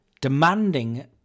demanding